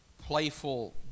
playful